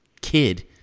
kid